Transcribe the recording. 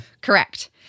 Correct